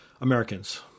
Americans